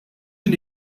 din